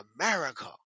America